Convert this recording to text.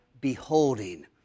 beholding